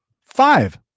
Five